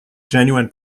genuine